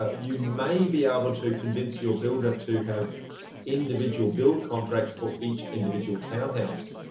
ah you may be able to convince your builder to have individual build contracts for each individual townhouse.